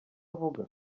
avuga